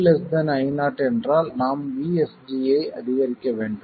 ID Io என்றால் நாம் VSG ஐ அதிகரிக்க வேண்டும்